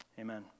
Amen